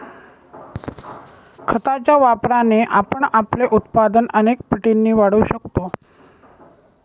खताच्या वापराने आपण आपले उत्पादन अनेक पटींनी वाढवू शकतो